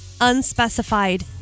unspecified